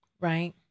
right